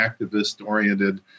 activist-oriented